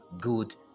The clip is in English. good